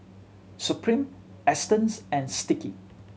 Supreme Astons and Sticky